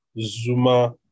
Zuma